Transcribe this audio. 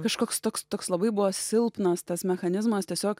kažkoks toks toks labai buvo silpnas tas mechanizmas tiesiog